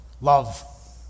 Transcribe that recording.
love